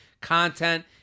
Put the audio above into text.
content